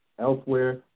elsewhere